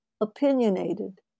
opinionated